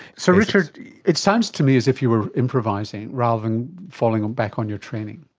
so richard, it sounds to me as if you were improvising rather than falling back on your training.